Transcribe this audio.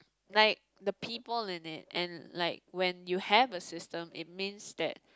like the people in it and like when you have a system it means that